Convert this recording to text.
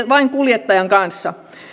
vain kuljettajan kanssa